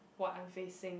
what I'm facing